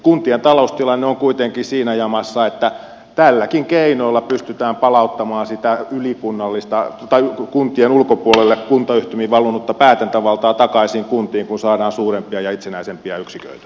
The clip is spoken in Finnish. kuntien taloustilanne on kuitenkin siinä jamassa että tälläkin keinolla pystytään palauttamaan kuntien ulkopuolelle kuntayhtymiin valunutta päätäntävaltaa takaisin kuntiin kun saadaan suurempia ja itsenäisempiä yksiköitä